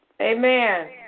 amen